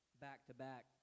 back-to-back